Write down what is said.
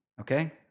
Okay